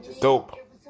Dope